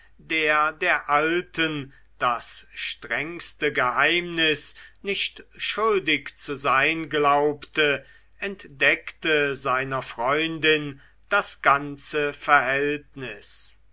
der der alten das strengste geheimnis nicht schuldig zu sein glaubte entdeckte seiner freundin das ganze verhältnis